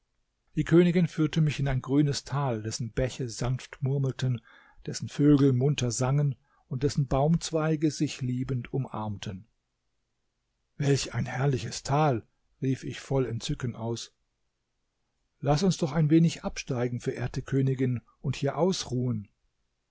die königin führte mich in ein grünes tal dessen bäche sanft murmelten dessen vögel munter sangen und dessen baumzweige sich liebend umarmten welch ein herrliches tal rief ich voll entzücken aus laß uns doch ein wenig absteigen verehrte königin und hier ausruhen